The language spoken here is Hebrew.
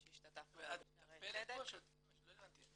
שהשתתפנו בו -- את מטפלת בו או שאת --- לא הבנתי.